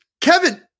Kevin